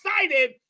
excited